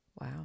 Wow